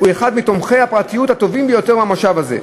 "הוא אחד מתומכי הפרטיות הטובים ביותר במושב הזה,